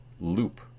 loop